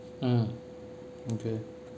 mm okay